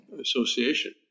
association